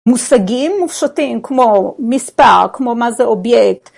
מושגים מופשטים כמו מספר, כמו מה זה אובייקט.